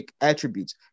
attributes